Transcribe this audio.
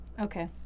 Okay